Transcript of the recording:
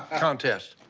contest.